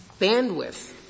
bandwidth